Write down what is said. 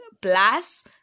plus